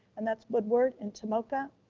and that's woodward and tomoka.